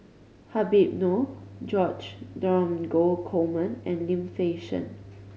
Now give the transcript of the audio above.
Habib Noh George Dromgold Coleman and Lim Fei Shen